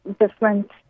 different